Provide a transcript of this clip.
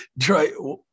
Troy